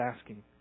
asking